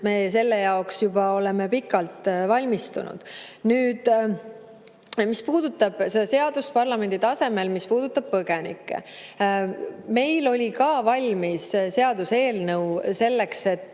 me selleks oleme juba pikalt valmistunud. Nüüd, mis puudutab seda seadust parlamendi tasemel, mis puudutab põgenikke. Meil oli ka valmis seaduseelnõu selleks, et